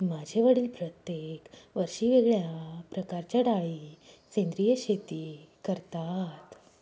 माझे वडील प्रत्येक वर्षी वेगळ्या प्रकारच्या डाळी सेंद्रिय शेती करतात